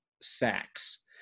sacks